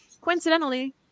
coincidentally